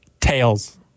Tails